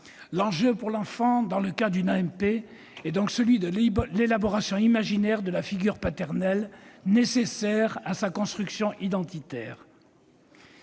L'enjeu, pour l'enfant issu d'une AMP, est donc l'élaboration imaginaire de la figure paternelle, nécessaire à sa construction identitaire.